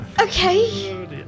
Okay